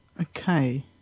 Okay